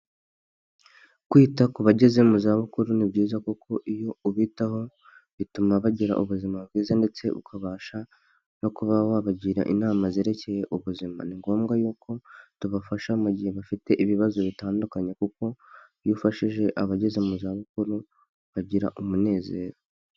Kwita ku bageze mu zabukuru ni byiza kuko iyo ubitaho bituma bagira ubuzima bwiza ndetse ukabasha no kuba wabagira inama zerekeye ubuzima, ni ngombwa yuko tubafasha mu gihe bafite ibibazo bitandukanye, kuko iyo ufashije abageze mu zabukuru bagira umunezero.